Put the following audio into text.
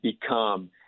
become